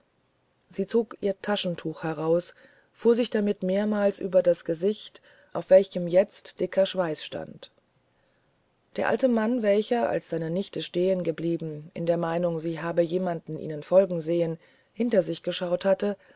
ihreaugenschlossen sich ihrgesichtwarddunkelrotunddannbleicheralsvorher siezogihrtaschentuch heraus und fuhr sich damit mehrmals über das gesicht auf welchem jetzt dicker schweißstand der alte mann welcher als seine nichte stehenblieb in der meinung sie habe jemanden ihnen folgen sehen hinter sich geschaut hatte